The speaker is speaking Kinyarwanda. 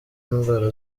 indwara